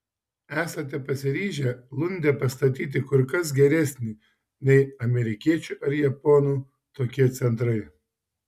esate pasiryžę lunde pastatyti kur kas geresnį nei amerikiečių ar japonų tokie centrai